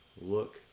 look